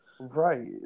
Right